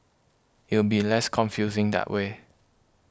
it'll be less confusing that way